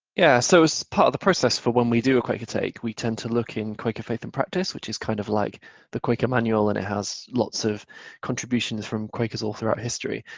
yeah, so as part of the process for when we do a quaker take, we tend to look in quaker faith and practice, which is kind of like the quaker manual and it has lots of contributions from quakers all throughout history,